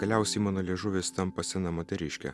galiausiai mano liežuvis tampa sena moteriške